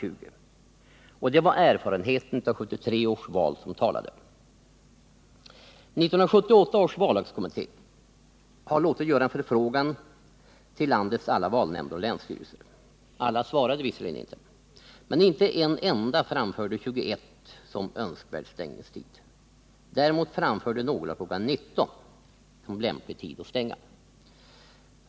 20.00. Det var erfarenheten av 1973 års val som talade. 1978 års vallagskommitté har låtit göra en förfrågan hos landets alla valnämnder och länsstyrelser. Alla svarade visserligen inte, men inte en enda framförde kl. 21.00 som önskvärd stängningstid. Däremot framförde några kl. 19.00 som lämplig tid att stänga.